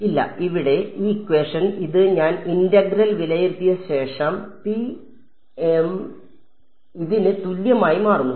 ഇല്ല ഇവിടെ ഇത് ഞാൻ ഇന്റഗ്രൽ വിലയിരുത്തിയ ശേഷം ഇതിന് തുല്യമായി മാറുന്നു